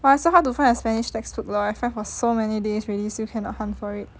!wah! it's so hard to find a spanish textbook lah I find for so many days really still cannot hunt for it